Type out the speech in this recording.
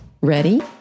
Ready